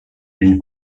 une